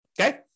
okay